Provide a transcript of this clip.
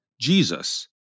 Jesus